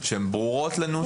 --- שהן ברורות לנו?